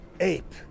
ape